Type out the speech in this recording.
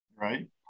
right